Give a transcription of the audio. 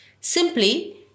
Simply